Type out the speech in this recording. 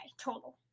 total